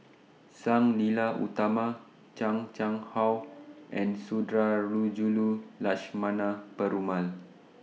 Sang Nila Utama Chan Chang How and Sundarajulu Lakshmana Perumal